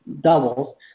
doubles